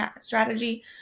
strategy